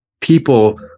people